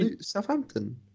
Southampton